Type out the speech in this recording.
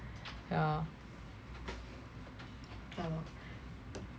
yeah yeah